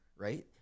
right